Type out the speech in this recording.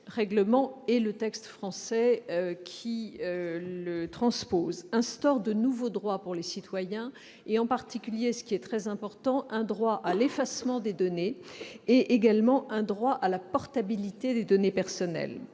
règlement et le texte français qui le transpose instaurent de nouveaux droits pour les citoyens, en particulier- c'est très important -un droit à l'effacement des données et un droit à la portabilité des données personnelles.